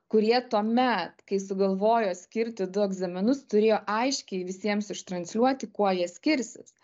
kurie tuomet kai sugalvojo skirti du egzaminus turėjo aiškiai visiems ištransliuoti kuo jie skirsis